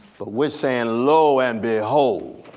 but we're saying lo and behold,